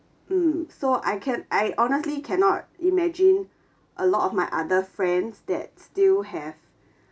mm so I can I honestly cannot imagine a lot of my other friends that still have